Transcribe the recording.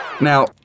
Now